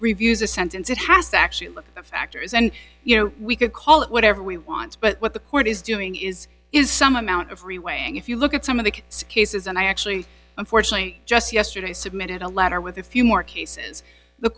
reviews a sentence it has to actually look at the factors and you know we could call it whatever we want but what the court is doing is is some amount of reweigh and if you look at some of the scase is and i actually unfortunately just yesterday submitted a letter with a few more cases the